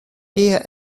tia